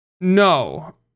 no